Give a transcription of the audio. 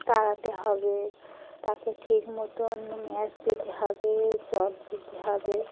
তাড়াতে হবে তাকে ঠিক মতন ম্যাস দিতে হবে জল দিতে হবে